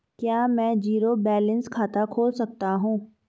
क्या मैं zero balance खाता खोल सकता हूँ?